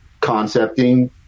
concepting